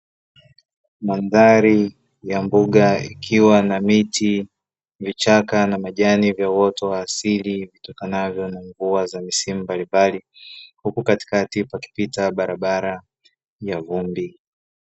Mandhari ya mbuga ikiwa na miti vichaka na majani vya uoto wa asili vitokanavyo na mvua za misimu mbalimbali huku katikati pakipita barabara ya vumbi.